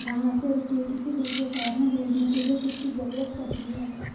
यहाँ से रुपये किसी दूसरे शहर में भेजने के लिए किसकी जरूरत पड़ती है?